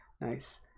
nice